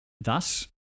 thus